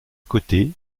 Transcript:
côté